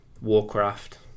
Warcraft